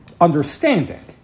understanding